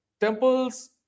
temples